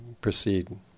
proceed